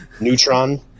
Neutron